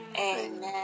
Amen